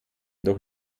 doch